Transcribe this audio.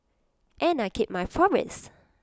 and I kept my promise